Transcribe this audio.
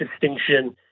distinction